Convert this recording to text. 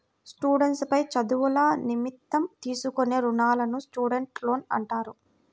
students పై చదువుల నిమిత్తం తీసుకునే రుణాలను స్టూడెంట్స్ లోన్లు అంటారు